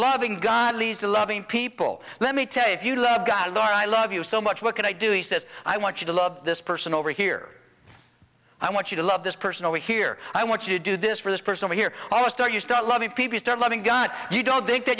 loving god leads to loving people let me tell you if you love god or i love you so much what can i do he says i want you to love this person over here i want you to love this person over here i want you to do this for this person here almost are you still love me people start loving god you don't think th